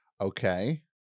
Okay